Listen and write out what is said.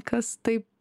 kas taip